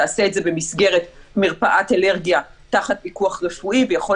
תעשה את זה במסגרת מרפאת אלרגיה תחת פיקוח רפואי ויכול